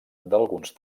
d’alguns